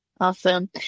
Awesome